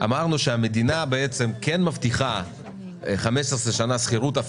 אמרנו שהמדינה בעצם כן מבטיחה 15 שנים שכירות,